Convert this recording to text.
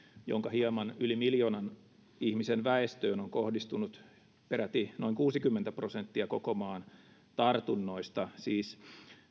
jonka hieman yli miljoonan ihmisen väestöön on kohdistunut peräti noin kuusikymmentä prosenttia koko maan tartunnoista siis